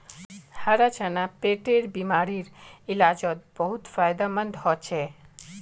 हरा चना पेटेर बिमारीर इलाजोत बहुत फायदामंद होचे